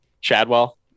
Chadwell